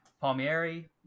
Palmieri